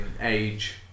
age